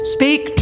Speak